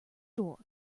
door